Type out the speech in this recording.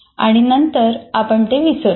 आणि नंतर आपण ते विसरतो